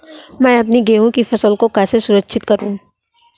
मैं अपनी गेहूँ की फसल को कैसे सुरक्षित करूँ?